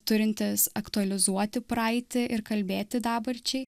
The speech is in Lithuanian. turintis aktualizuoti praeitį ir kalbėti dabarčiai